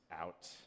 out